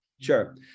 sure